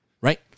Right